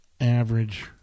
Average